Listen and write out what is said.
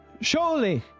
surely